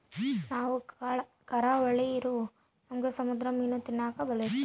ನಾವು ಕರಾವಳಿರೂ ನಮ್ಗೆ ಸಮುದ್ರ ಮೀನು ತಿನ್ನಕ ಬಲು ಇಷ್ಟ